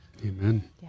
Amen